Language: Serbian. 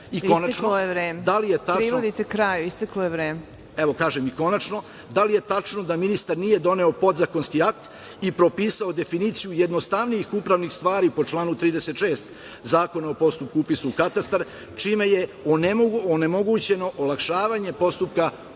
Isteklo je vreme. Privodite kraju, isteklo je vreme.